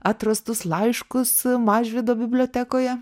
atrastus laiškus mažvydo bibliotekoje